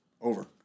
over